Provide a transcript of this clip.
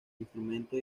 instrumento